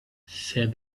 said